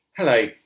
Hello